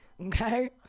okay